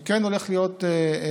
וכן הולך להיות פיקוח,